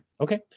okay